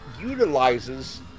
utilizes